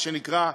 מה שנקרא,